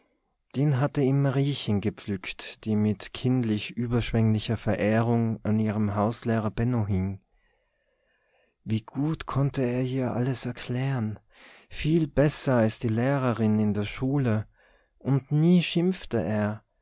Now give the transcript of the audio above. den hatte ihm mariechen gepflückt die mit kindlich überschwenglicher verehrung an ihrem hauslehrer benno hing wie gut konnte er ihr alles erklären viel besser als die lehrerin in der schule und nie schimpfte er